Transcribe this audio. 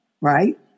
right